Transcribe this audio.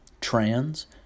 trans